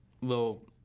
little